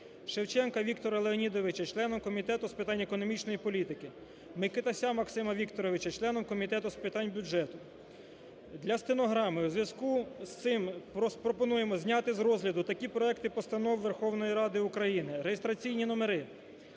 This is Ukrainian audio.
Шевченка Віктора Леонідовича членом Комітету з питань економічної політики, Микитася Максима Вікторовича членом Комітету з питань бюджету. Для стенограми. У зв'язку з цим, пропонуємо зняти з розгляду такі проекти постанов Верховної Ради України, реєстраційні номери: